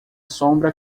sombra